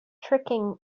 tricking